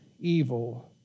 evil